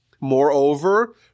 Moreover